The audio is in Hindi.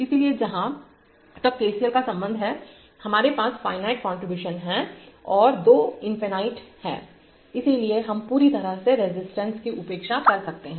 इसलिए जहां तक KCL का संबंध है हमारे पास फाइनेट कंट्रीब्यूशन है और दो अनंतइनफिनिट हैं इसलिए हम पूरी तरह से रेसिस्टेन्स की उपेक्षा कर सकते हैं